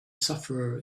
sufferer